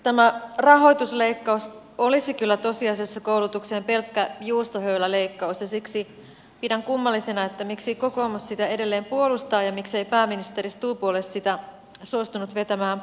tämä rahoitusleikkaus olisi kyllä tosiasiassa koulutukseen pelkkä juustohöyläleikkaus ja siksi pidän kummallisena sitä miksi kokoomus sitä edelleen puolustaa ja miksei pääministeri stubb ole sitä suostunut vetämään pois